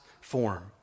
form